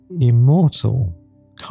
immortal